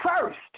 First